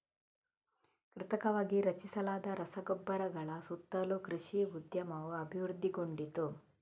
ಕೃತಕವಾಗಿ ರಚಿಸಲಾದ ರಸಗೊಬ್ಬರಗಳ ಸುತ್ತಲೂ ಕೃಷಿ ಉದ್ಯಮವು ಅಭಿವೃದ್ಧಿಗೊಂಡಿತು